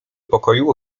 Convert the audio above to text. pokoju